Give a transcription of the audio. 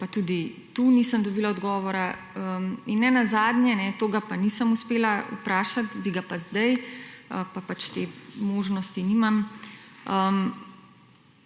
pa tudi tu nisem dobila odgovora. In nenazadnje, tega ga pa nisem uspela vprašati, bi ga pa zdaj, pa pač te možnosti nimam,